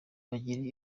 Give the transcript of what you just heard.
bagira